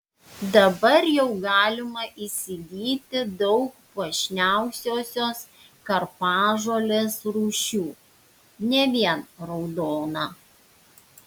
dabar jau galima įsigyti daug puošniausiosios karpažolės rūšių ne vien raudoną